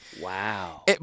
Wow